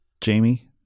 Jamie